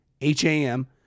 H-A-M